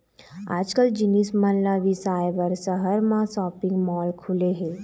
आजकाल जिनिस मन ल बिसाए बर सहर मन म सॉपिंग माल खुले हे